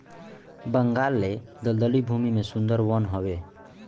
बंगाल ले दलदली भूमि में सुंदर वन हवे